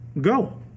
Go